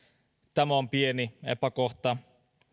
tämä on pieni epäkohta